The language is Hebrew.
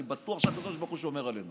אני בטוח שהקדוש ברוך הוא שומר עלינו